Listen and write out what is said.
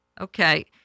Okay